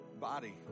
body